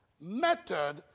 method